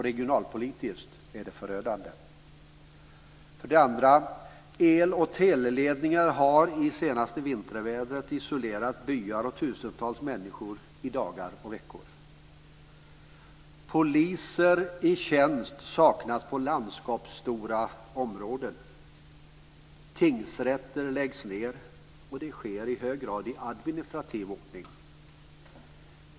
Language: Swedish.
Regionalpolitiskt är det förödande. El och teleledningar har brutits i det senaste vintervädret vilket isolerat byar och tusentals människor i dagar och veckor. Poliser i tjänst saknas på landskapsstora områden. Tingsrätter läggs ned, och det sker i hög grad i administrativ ordning.